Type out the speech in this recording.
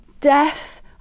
death